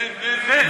ממ"מ.